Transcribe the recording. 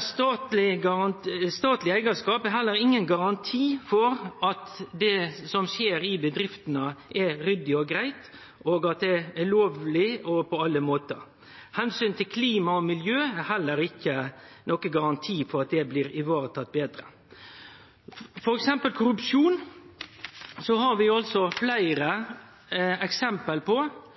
Statleg eigarskap er heller ingen garanti for at det som skjer i bedriftene, er ryddig og greitt, og at det er lovleg på alle måtar. Omsynet til klima og miljø er heller ikkje nokon garanti for at det blir varetatt betre. Når det gjeld f.eks. korrupsjon, så har vi fleire eksempel på